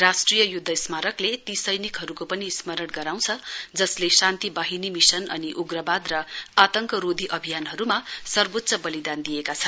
राष्ट्रीय युध्द स्मारकले ती सैनिकहरुको पनि स्मरण गराउँछ जसले शान्तिवाहिनी मिशन अनि उग्रवाद र आतंकरोधी अभियानहरुमा सर्वोच्च वलिदान दिएका छन्